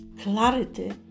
Clarity